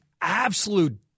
absolute